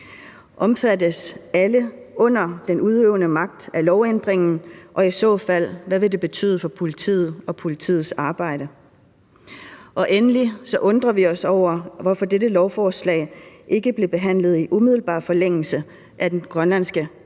Omfattes alle under den udøvende magt af lovændringen, og hvad vil det i så fald betyde for politiet og politiets arbejde? Endelig undrer vi os over, hvorfor dette lovforslag ikke blev behandlet i umiddelbar forlængelse af den grønlandske